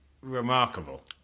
remarkable